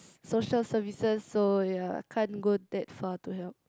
s~ social services so ya can't go that far to help